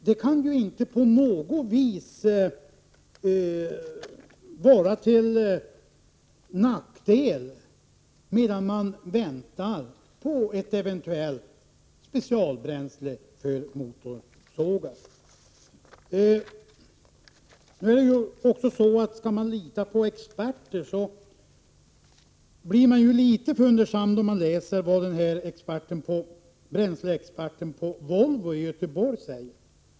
Det kan inte på något vis vara till nackdel om de får tillgång till den gamla bensinen medan de väntar på ett eventuellt specialbränsle för motorsågar. Man blir litet fundersam om man läser vad en bränsleexpert på Volvo i Göteborg säger.